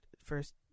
first